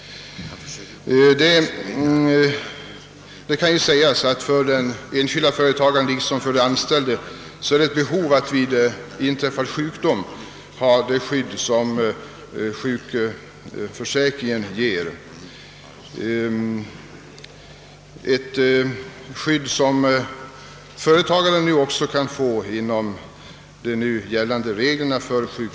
Det kan ju sägas att den enskilde företagaren liksom den anställde vid inträffad sjukdom har behov av det skydd som sjukförsäkringen ger och som företagarna också kan få enligt de nu gällande reglerna.